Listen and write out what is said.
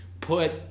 put